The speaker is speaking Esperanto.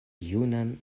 junan